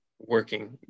working